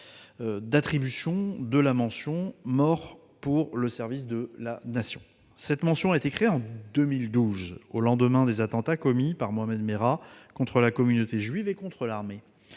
d'attribution de la mention « mort pour le service de la Nation ». Cette mention a été créée en 2012, au lendemain des attentats commis par Mohammed Merah contre la communauté juive et contre l'armée.